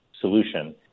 solution